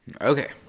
Okay